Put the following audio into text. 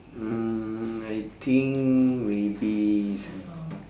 mm I think maybe